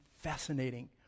Fascinating